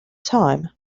time